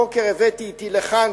הבוקר הבאתי אתי לכאן,